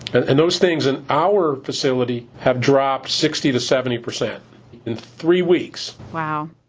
and those things in our facility have dropped sixty to seventy percent in three weeks wow.